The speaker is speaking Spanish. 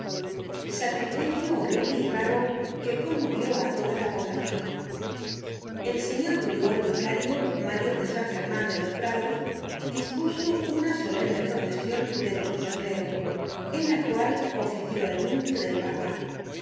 sacrilegio horrible y raro que conmovió á toda la poblacion el señor prior vicario mayor de san german de los prados dispuso una solemne procesion de todo su clero en la cual ofició el nuncio del papa